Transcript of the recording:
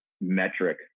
metric